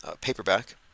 paperback